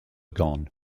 gone